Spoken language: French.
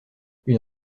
une